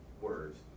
words